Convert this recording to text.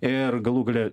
ir galų gale